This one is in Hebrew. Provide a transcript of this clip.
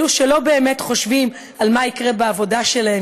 אלה שלא באמת חושבים על מה יקרה עם העבודה שלהם,